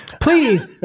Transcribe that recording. please